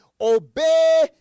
obey